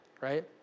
right